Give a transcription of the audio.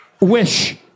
wish